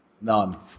None